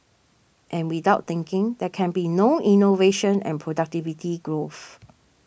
and without thinking there can be no innovation and productivity growth